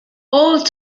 all